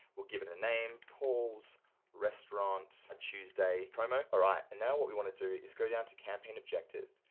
we'll give it a name, paul's restaurant a tuesday promo. alright, and now what we wanna do is go down to campaign objective,